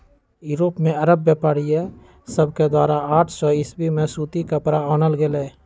Europe में अरब व्यापारिय सभके द्वारा आठ सौ ईसवी में सूती कपरा आनल गेलइ